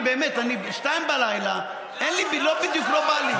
השעה 02:00. לא בדיוק בא לי.